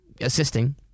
assisting